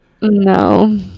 No